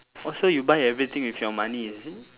oh so you buy everything with your money is it